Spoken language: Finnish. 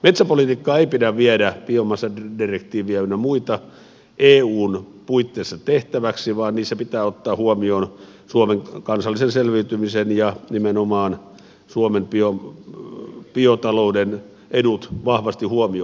metsäpolitiikkaan ei pidä viedä biomassadirektiiviä ynnä muita eun puitteissa tehtäväksi vaan niissä pitää ottaa suomen kansallinen selviytyminen ja nimenomaan suomen biotalouden edut vahvasti huomioon